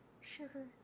sugar